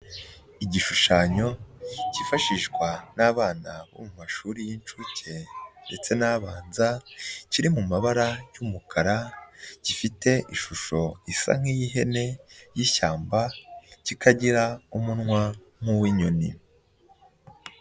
Igishushanyo cyifashishwa n'abana bo mu mashuri y'incuke ndetse n' abanza, kiri mu mabara y'umukara, gifite ishusho isa nk'iy'ihene y'ishyamba, kikagira umunwa nk'uw'inyoni.